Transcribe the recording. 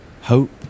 hope